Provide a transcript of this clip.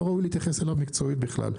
לא ראוי להתייחס אליו מקצועית בכלל.